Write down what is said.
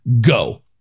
Go